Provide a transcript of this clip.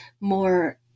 more